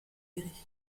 berry